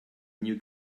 new